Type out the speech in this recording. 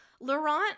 Laurent